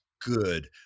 good